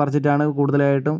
പറിച്ചിട്ടാണ് കൂടുതലായിട്ടും